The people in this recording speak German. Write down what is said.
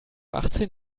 achtzehn